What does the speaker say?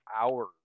hours